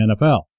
NFL